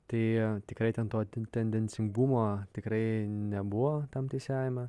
tai tikrai ten to tendencingumo tikrai nebuvo tam teisėjavime